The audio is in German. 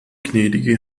gnädige